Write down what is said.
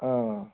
آ